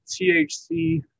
THC